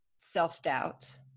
self-doubt